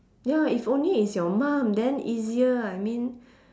ya if only it's your mum then easier I mean